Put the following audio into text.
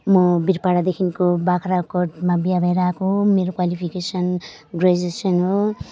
म बिरपाडादेखिको बाख्राकोटमा बिहा भएर आएको मेरो क्वालिफिकेसन ग्रेजुएसन हो